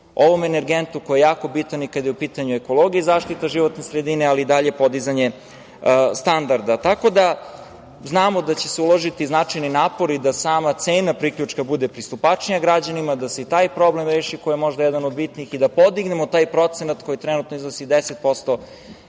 ovom energentu koji je jako bitan i kada je u pitanju ekologija i zaštita životne sredina, ali i dalje podizanje standarda. Tako da, znamo da će se uložiti značajni napori da sama cena priključka bude pristupačnija građanima, da se i taj problem reši, koji je možda jedan od bitnih i da podignemo taj procenat, koji trenutno iznosi 10%